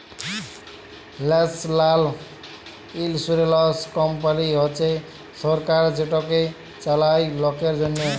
national insurance company হছে সরকার যেটকে চালায় লকের জ্যনহে